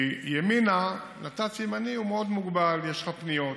כי נת"צ ימני הוא מאוד מוגבל: יש לך פניות,